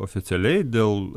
oficialiai dėl